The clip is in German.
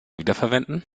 wiederverwenden